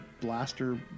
blaster